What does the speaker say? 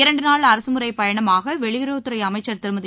இரண்டு நாள் அரசுமுறைப்பயணமாக வெளியுறவுத்துறை அமைச்சர் திருமதி